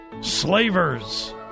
slavers